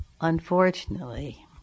Unfortunately